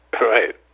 Right